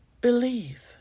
believe